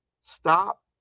stop